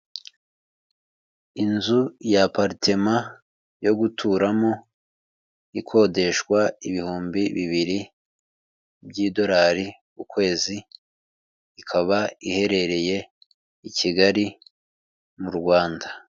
Inzu y'aparitema yo guturamo ikodeshwa ibihumbi bibiri by'idolari ku kwezi ikaba iherereye i Kigali mu Rwanda.